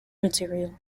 material